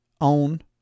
own